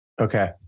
Okay